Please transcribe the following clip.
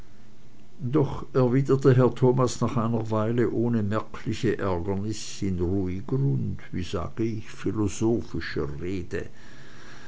doch erwiderte herr thomas nach einer weile ohne merkliche ärgernis in ruhiger und wie sage ich philosophischer rede